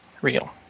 Real